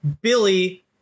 Billy